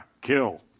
kill